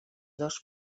dos